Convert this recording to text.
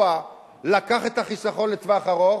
הלוא השוק הפרטי הפרוע לקח את החיסכון לטווח ארוך,